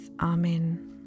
Amen